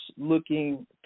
looking